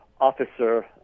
officer